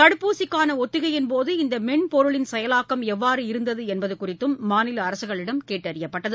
தடுப்பூசிக்காளஒத்திகையின் போது இந்தமென்பொருளின் செயலாக்கம் எவ்வாறு இருந்ததுஎன்பதுகுறித்தும் மாநிலஅரசுகளிடம் கேட்டறியப்பட்டது